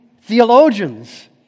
theologians